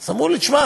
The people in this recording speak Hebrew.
הם אמרו לי: תשמע,